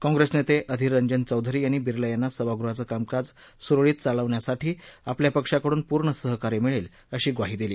काँग्रेस नेते अधीर रंजन चौधरी यांनी बिर्ला यांना सभागृहाचं कामकाज सुरळीत चालवण्यासाठी आपल्या पक्षाकडून पूर्ण सहकार्य मिळेल अशी ग्वाही दिली